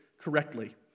correctly